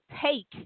take